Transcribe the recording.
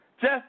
Jeff